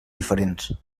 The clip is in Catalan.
diferents